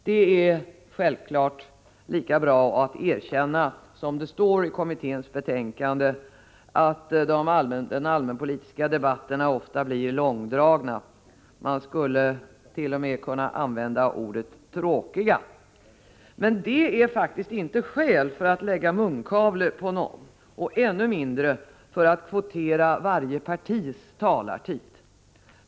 Det är självfallet lika bra att erkänna, som det står i folkstyrelsekommitténs betänkande, att de allmänpolitiska debatterna ofta blir långdragna; man skulle t.o.m. kunna använda ordet tråkiga. Men detta är faktiskt inte skäl för att lägga munkavle på någon och ännu mindre för att kvotera varje partis talartid.